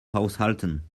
aushalten